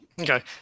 Okay